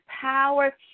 power